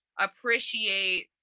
appreciate